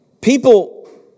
people